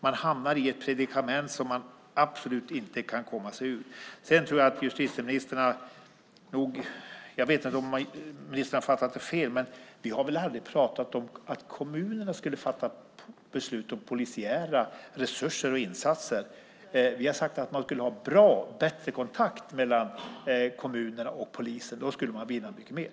Man hamnar i ett predikament som man absolut inte kan komma ur. Jag vet inte om ministern har fattat det fel, men vi har väl aldrig pratat om att kommunerna skulle fatta beslut om polisiära resurser och insatser. Vi har sagt att man skulle ha bättre kontakt mellan kommunerna och polisen. Då skulle man vinna mer.